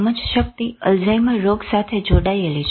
સમજશક્તિ અલ્ઝાઈમર રોગ સાથે જોડાયેલી છે